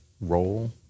role